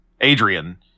Adrian